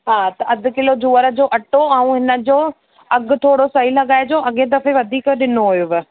हा त अधु किलो जूअर जो अटो ऐं इन जो अघु थोरो सही लॻाइजो अॻे दफ़े वधीक ॾिनो हुयुव